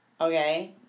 Okay